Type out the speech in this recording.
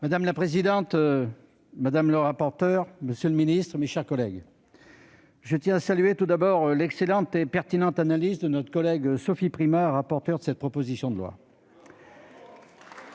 Madame la présidente, monsieur le ministre, mes chers collègues, je tiens à saluer tout d'abord l'excellente et pertinente analyse de notre collègue Sophie Primas, rapporteur de ce projet de loi.